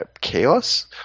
chaos